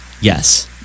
Yes